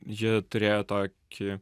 ji turėjo tokį